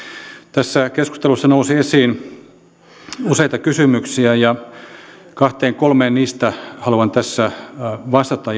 tässä keskustelussa nousi esiin useita kysymyksiä ja kahteen kolmeen niistä haluan tässä vastata